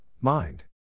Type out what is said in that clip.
Mind